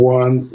one